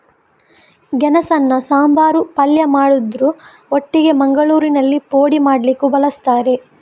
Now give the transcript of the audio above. ಗೆಣಸನ್ನ ಸಾಂಬಾರು, ಪಲ್ಯ ಮಾಡುದ್ರ ಒಟ್ಟಿಗೆ ಮಂಗಳೂರಿನಲ್ಲಿ ಪೋಡಿ ಮಾಡ್ಲಿಕ್ಕೂ ಬಳಸ್ತಾರೆ